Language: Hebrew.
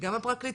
שגם הפרקליטות,